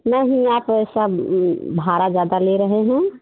नहीं आप ऐसा भाड़ा ज़्यादा ले रहे हैं